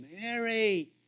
Mary